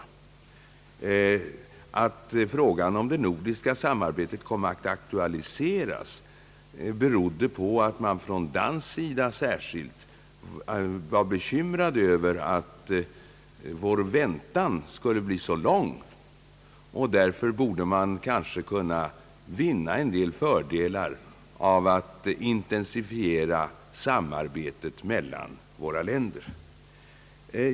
Att frågan om det nordiska samarbetet kom att aktualiseras berodde på att man från dansk sida var bekymrad över att vår väntan skulle bli så lång, och därför borde man enligt dansk uppfattning kunna vinna en del fördelar av att intensifiera samarbetet mellan våra länder.